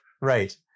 Right